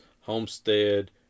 homestead